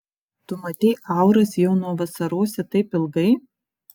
tu matei auras jau nuo vasarosi taip ilgai